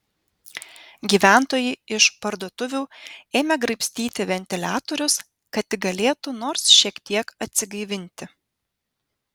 gyventojai iš parduotuvių ėmė graibstyti ventiliatorius kad tik galėtų nors šiek tiek atsigaivinti